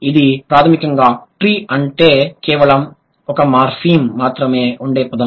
ఇది ప్రాథమికంగా ట్రీ అంటే కేవలం ఒక మార్ఫిమ్ మాత్రమే ఉండే పదం